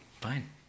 fine